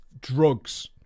Drugs